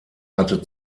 hatte